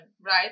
right